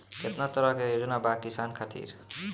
केतना तरह के योजना बा किसान खातिर?